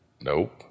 Nope